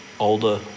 older